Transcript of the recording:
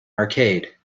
arcade